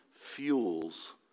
fuels